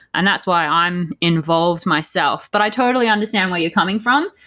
and that's why i'm involved myself but i totally understand where you're coming from,